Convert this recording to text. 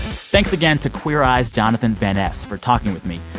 thanks again to queer eye's jonathan van ness for talking with me.